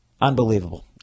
Unbelievable